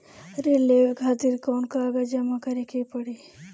ऋण लेवे खातिर कौन कागज जमा करे के पड़ी?